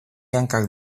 hankak